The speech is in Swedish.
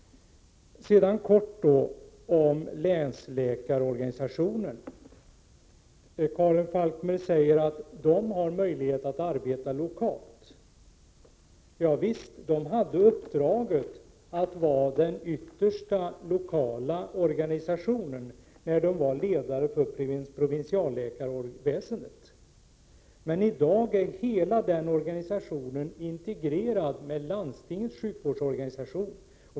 Karin Falkmer säger att länsläkarorganisationen hade möjlighet att arbeta lokalt. Det är riktigt att länsläkarna hade uppdraget att vara den yttersta lokala organisationen när de ansvarade för provinsialläkarväsendet. Men i dag är hela den organisationen integrerad i landstingens sjukvårdsorganisation.